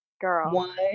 Girl